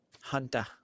Hunter